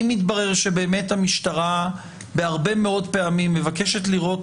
אם יתברר שבאמת המשטרה בהרבה מאוד פעמים מבקשת לראות